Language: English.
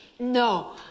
No